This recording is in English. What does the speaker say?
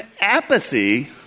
apathy